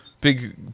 big